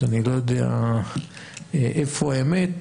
אז אני לא יודע איפה האמת,